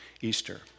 Easter